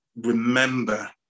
remember